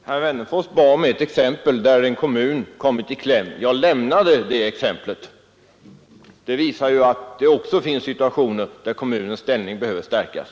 Herr talman! Herr Wennerfors bad mig om exempel på fall där en kommun kommit i kläm. Jag lämnade det exemplet! Det visar att det finns situationer där kommunens ställning behöver stärkas.